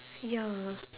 ya